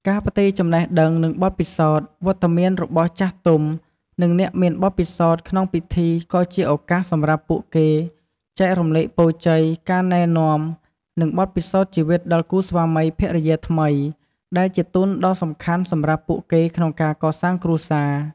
ការផ្ទេរចំណេះដឹង និងបទពិសោធន៍ វត្តមានរបស់ចាស់ទុំ និងអ្នកមានបទពិសោធន៍ក្នុងពិធី ក៏ជាឱកាសសម្រាប់ពួកគេចែករំលែកពរជ័យ ការណែនាំ និងបទពិសោធន៍ជីវិតដល់គូស្វាមីភរិយាថ្មី ដែលជាទុនដ៏សំខាន់សម្រាប់ពួកគេក្នុងការកសាងគ្រួសារ។